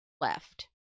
left